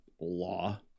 law